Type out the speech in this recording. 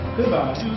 Goodbye